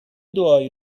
دعایی